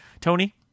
Tony